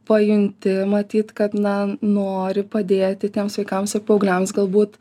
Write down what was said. pajunti matyt kad na nori padėti tiems vaikams ir paaugliams galbūt